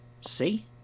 See